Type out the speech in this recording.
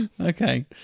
Okay